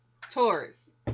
Taurus